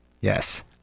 Yes